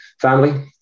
family